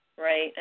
Right